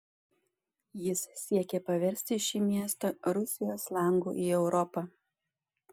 jis siekė paversti šį miestą rusijos langu į europą